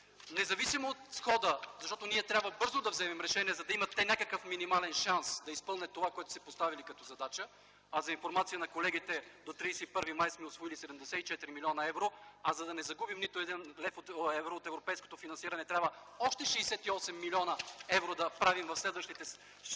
независимо от хода на обсъждането, ние трябва бързо да вземем решение, за да имат те някакъв минимален шанс да изпълнят това, което са си поставили като задача, а за информация на колегите – до 31 май т.г. сме усвоили 74 млн. евро. За да не загубим нито едно евро от европейското финансиране трябва още 68 млн. евро да направим в следващите